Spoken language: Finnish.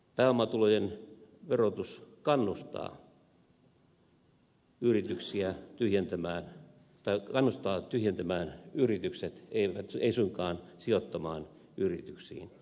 pääomatulojen verotus kannustaa tyhjentämään yritykset ei suinkaan sijoittamaan yrityksiin